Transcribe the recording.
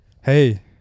Hey